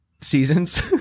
seasons